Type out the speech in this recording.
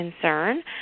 concern